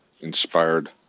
inspired